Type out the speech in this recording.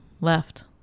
left